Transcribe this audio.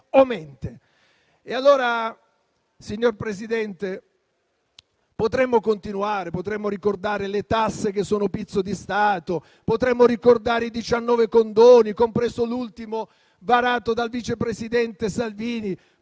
o mente. Signor Presidente, potremmo continuare: potremmo ricordare le tasse chiamate "pizzo di Stato"; potremmo ricordare i diciannove condoni, compreso l'ultimo varato dal vice presidente Salvini;